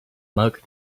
market